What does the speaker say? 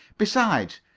besides,